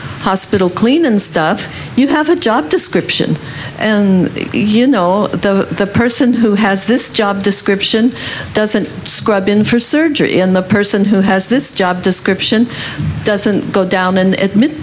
hospital clean and stuff you have a job description and you know the person who has this job description doesn't scrub in for surgery in the person who has this job description doesn't go down and